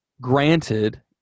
Granted